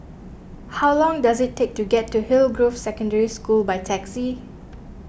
how long does it take to get to Hillgrove Secondary School by taxi